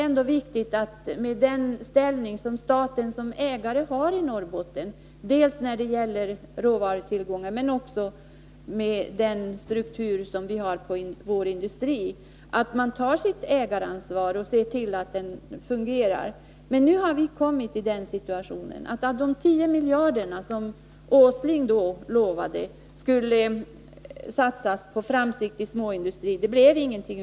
Med tanke på den ställning som staten har i Norrbotten som ägare dels till råvarutillgångar, dels till en stor del av industrin, är det viktigt att staten tar sitt ägaransvar och ser till att näringslivet fungerar. Av de 10 miljarder som industriminister Åsling lovade skulle satsas på framtida småindustri blev det ingenting.